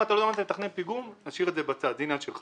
אם אתה לא יודע מה זה מתכנן פיגום אז נשאיר את זה בצד זה עניין שלך.